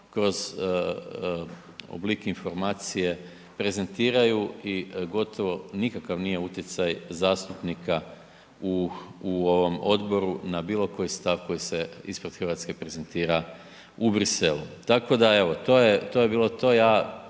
kroz oblik informacije prezentiraju i gotovo nikakav nije utjecaj zastupnika u ovom odboru na bilo koji stav koji se ispred Hrvatske prezentira u Bruxellesu. Tako da evo to je bilo to, ja